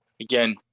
again